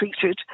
treated